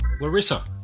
Larissa